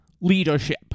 leadership